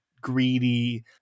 greedy